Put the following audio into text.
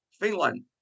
Finland